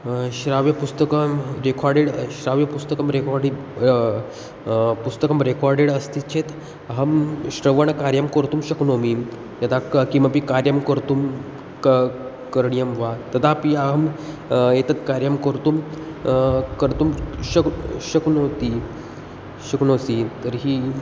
श्रव्यपुस्तकं recorded श्रव्यपुस्तकं रेकार्डि पुस्तकं रेकार्डेड् अस्ति चेत् अहं श्रवणकार्यं कर्तुं शक्नोमि यदा क किमपि कार्यं कर्तुं क करणीयं वा तदापि अहम् एतत् कार्यं कोर्तुं कर्तुं शक् शक्नोति शक्नोसि तर्हि